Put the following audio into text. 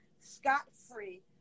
scot-free